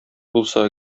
булса